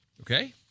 Okay